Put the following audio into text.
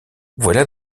voilà